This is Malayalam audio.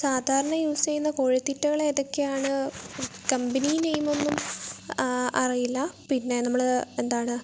സാധരണ യൂസ് ചെയ്യുന്ന കോഴിത്തീറ്റകൾ ഏതൊക്കെയാണ് കമ്പനി നെയിമൊന്നും അറിയില്ല പിന്നെ നമ്മൾ എന്താണ്